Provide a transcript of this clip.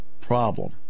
problem